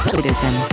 Citizen